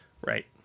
Right